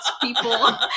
people